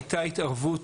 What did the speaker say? הייתה התערבות,